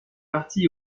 parti